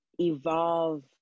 evolve